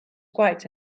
quite